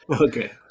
Okay